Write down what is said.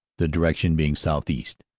the direction being southeast.